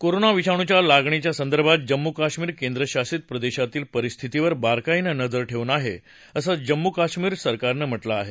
corona विषाणुच्या लागणीच्या संदर्भात जम्मू कश्मीर केंद्रशासित प्रदेशातील परिस्थितीवर बारकाईनं नजर ठेवून आहे असं जम्मू कश्मीर सरकारनं म्हा कें आहे